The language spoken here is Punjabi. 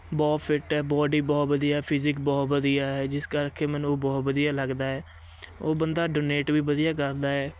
ਬਹੁਤ ਫਿਟ ਹੈ ਬਾਡੀ ਬਹੁਤ ਵਧੀਆ ਫਿਜਿਕ ਬਹੁਤ ਵਧੀਆ ਹੈ ਜਿਸ ਕਰਕੇ ਮੈਨੂੰ ਉਹ ਬਹੁਤ ਵਧੀਆ ਲੱਗਦਾ ਏ ਉਹ ਬੰਦਾ ਡੋਨੇਟ ਵੀ ਵਧੀਆ ਕਰਦਾ ਏ